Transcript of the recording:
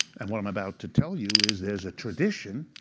and what i'm about to tell you is there's a tradition,